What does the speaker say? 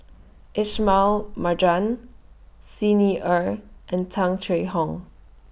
Ismail Marjan Xi Ni Er and Tung Chye Hong